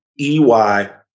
ey